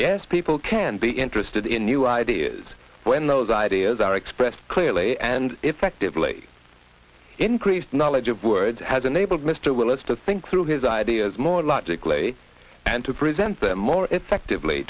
yes people can be interested in new ideas when those ideas are expressed clearly and effectively increased knowledge of words has enabled mr willis to think through his ideas more logically and to present them more effectively